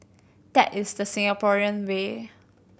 that is the Singaporean way